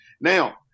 Now